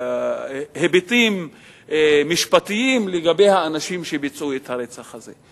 בהיבטים משפטיים לגבי האנשים שביצעו את הרצח הזה.